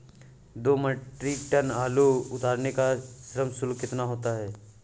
दो metric tonne आलू उतारने का श्रम शुल्क कितना होगा?